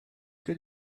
good